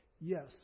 Yes